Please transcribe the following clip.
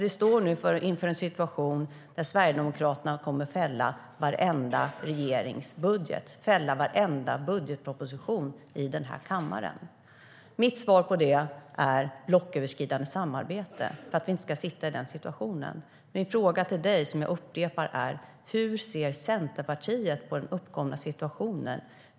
Vi står nu inför en situation där Sverigedemokraterna kommer att fälla varje regeringsbudget och varje budgetproposition i den här kammaren. Mitt svar på detta är: blocköverskridande samarbete för att vi inte ska hamna i den situationen. Jag upprepar min fråga till dig: Hur ser Centerpartiet på den uppkomna situationen?